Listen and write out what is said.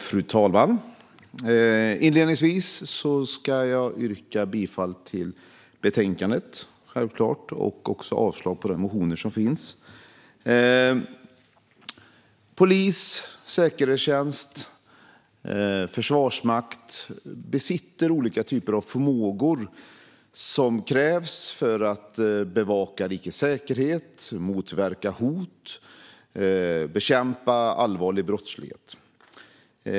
Fru talman! Inledningsvis vill jag självklart yrka bifall till utskottets förslag i betänkandet och avslag på motionerna. Polis, säkerhetstjänst och försvarsmakt besitter olika typer av förmågor som krävs för att bevaka rikets säkerhet, motverka hot och bekämpa allvarlig brottslighet.